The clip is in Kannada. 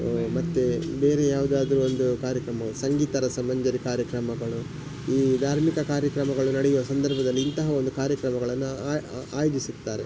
ಮತ್ತು ಬೇರೆ ಯಾವುದಾದರೂ ಒಂದು ಕಾರ್ಯಕ್ರಮವು ಸಂಗೀತ ರಸಮಂಜರಿ ಕಾರ್ಯಕ್ರಮಗಳು ಈ ಧಾರ್ಮಿಕ ಕಾರ್ಯಕ್ರಮಗಳು ನಡೆಯುವ ಸಂದರ್ಭದಲ್ಲಿ ಇಂತಹ ಒಂದು ಕಾರ್ಯಕ್ರಮಗಳನ್ನು ಆಯೋಜಿಸುತ್ತಾರೆ